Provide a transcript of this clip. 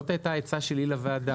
זאת הייתה העצה שלי הוועדה,